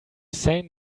same